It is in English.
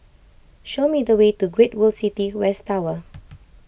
show me the way to Great World City West Tower